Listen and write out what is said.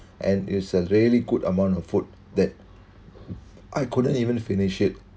and it's a really good amount of food that I couldn't even finish it